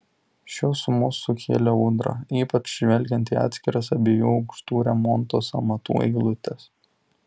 šios sumos sukėlė audrą ypač žvelgiant į atskiras abiejų aukštų remonto sąmatų eilutes